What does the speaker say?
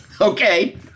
Okay